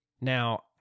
Now